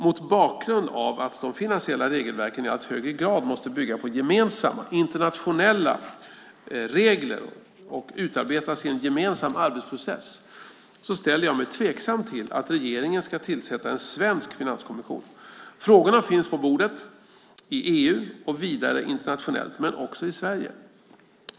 Mot bakgrund av att de finansiella regelverken i allt högre grad måste bygga på gemensamma, internationella regler och utarbetas i en gemensam arbetsprocess ställer jag mig tveksam till att regeringen ska tillsätta en svensk finanskommission. Frågorna finns på bordet i EU och vidare internationellt men också i Sverige.